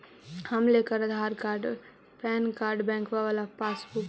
हम लेकर Aadhaar card PAN card बैंकवा वाला पासबुक?